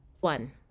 One